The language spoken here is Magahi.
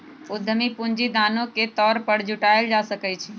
उधमी पूंजी दानो के तौर पर जुटाएल जा सकलई ह